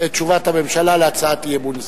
את תשובת הממשלה על הצעת אי-אמון זו.